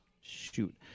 shoot